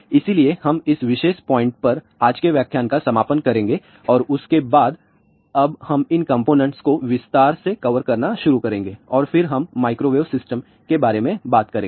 इसलिए हम इस विशेष पॉइंट पर आज के व्याख्यान का समापन करेंगे और उसके बाद अब हम इन कंपोनेंट्स को विस्तार से कवर करना शुरू करेंगे और फिर हम माइक्रोवेव सिस्टम के बारे में बात करेंगे